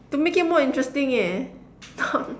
to make it more interesting leh